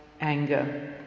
anger